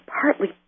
partly